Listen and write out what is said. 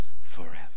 forever